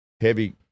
heavy